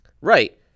Right